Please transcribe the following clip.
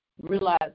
realize